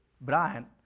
Brian